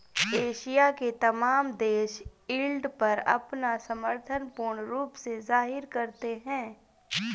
Asia के तमाम देश यील्ड पर अपना समर्थन पूर्ण रूप से जाहिर करते हैं